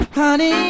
honey